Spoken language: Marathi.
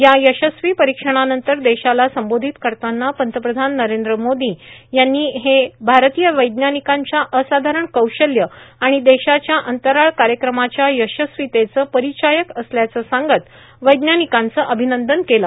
या यशस्वी परीक्षणानंतर देशाला संबोधित करताना पंतप्रधान नरेंद्र मोदी यांनी हे भारतीय वैज्ञानिकांच्या असाधारण कौशल्य आणि देशाच्या अंतराळ कार्यक्रमाच्या यशस्वीतेचं परिचायक असल्याचं सांगत वैज्ञानिकांचं अभिनंदन केलं